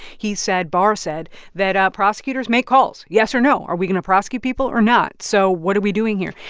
he said barr said that ah prosecutors make calls, yes or no? are we going to prosecute people or not? so what are we doing here?